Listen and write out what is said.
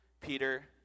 Peter